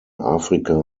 afrika